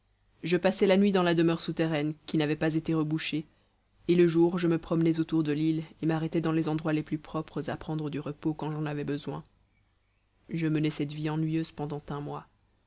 je passais la nuit dans la demeure souterraine qui n'avait pas été rebouchée et le jour je me promenais autour de l'île et m'arrêtais dans les endroits les plus propres à prendre du repos quand j'en avais besoin je menai cette vie ennuyeuse pendant un mois